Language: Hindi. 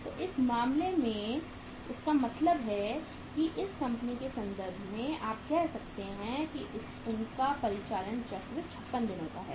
तो इस मामले में इसका मतलब है कि इस कंपनी के संदर्भ में आप कह सकते हैं कि उनका परिचालन चक्र 56 दिनों का है